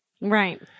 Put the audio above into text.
Right